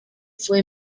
fue